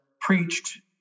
preached